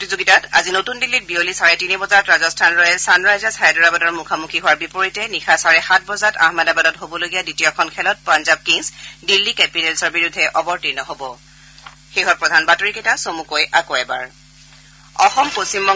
প্ৰতিযোগিতাত আজি নতুন দিল্লীত বিয়লি চাৰে তিনি বজাত ৰাজস্থান ৰয়েলছ ছানৰাইজাৰ হাইদৰাবাদৰ মুখামুখি হোৱাৰ বিপৰীতে নিশা চাৰে সাত বজাত আহমেদাবাদত হ'বলগীয়া দ্বিতীয়খন খেলত পঞ্জাৱ কিংছ দিল্লী কেপিটলছৰ বিৰুদ্ধে অৱতীৰ্ণ হব